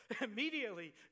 immediately